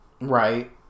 Right